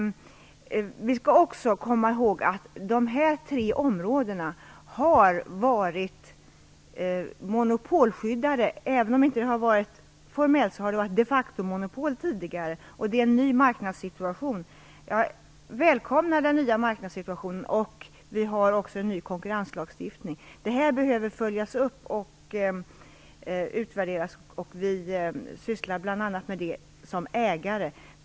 Vi skall också komma ihåg att dessa områden har varit monopolskyddade. Även om det inte har varit formellt har det tidigare varit de-facto-monopol. Det är en ny marknadssituation. Jag välkomnar den nya marknadssituationen. Vi har också en ny konkurrenslagstiftning. Den behöver följas upp och utvärderas. Vi sysslar bl.a. med det som ägare.